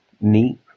neat